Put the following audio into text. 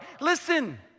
Listen